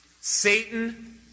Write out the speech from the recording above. Satan